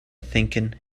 thinking